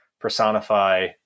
personify